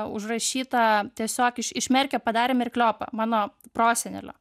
užrašyta tiesiog iš iš merkio padarė merkliopą mano prosenelio